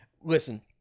Listen